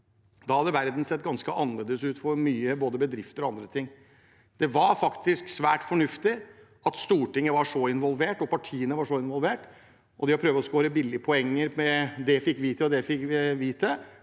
da hadde verden sett ganske annerledes ut for mye, både bedrifter og andre ting. Det var faktisk svært fornuftig at Stortinget var så involvert, og at partiene var involvert. Det å prøve å skåre billige poeng med at det fikk vi til, og det fikk vi